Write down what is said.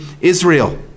Israel